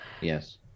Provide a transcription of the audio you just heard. yes